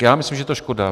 Já myslím, že je to škoda.